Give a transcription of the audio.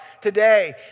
today